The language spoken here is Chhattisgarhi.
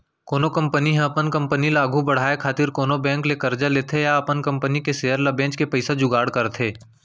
कोनो कंपनी ह अपन कंपनी ल आघु बड़हाय खातिर कोनो बेंक ले करजा लेथे या अपन कंपनी के सेयर ल बेंच के पइसा जुगाड़ करथे